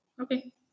okay